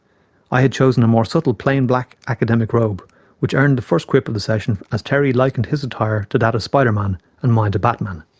i had chosen a more subtle plain black academic robe which earned the first quip of the session as terry likened his attire to that of spider-man and mine to batman.